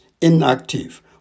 inactive